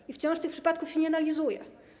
I wciąż tych przypadków się nie analizuje.